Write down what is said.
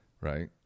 right